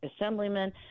assemblyman